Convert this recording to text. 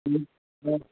جی سر